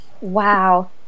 Wow